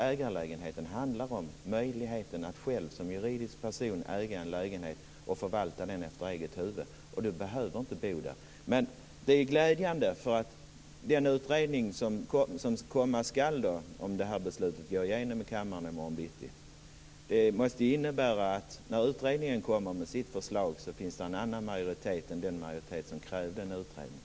Ägarlägenheten handlar alltså om möjligheten att själv som juridisk person äga en lägenhet och förvalta den efter eget huvud utan att man behöver bo där. Men det är ändå glädjande att om beslutet om att tillsätta en utredning går igenom i kammaren i morgon bitti, måste det innebära att när denna utredning presenterar sitt förslag då finns det en annan majoritet än den som krävde en utredning.